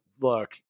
look